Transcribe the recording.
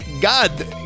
God